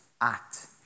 act